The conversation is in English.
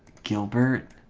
gilbert